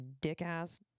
dick-ass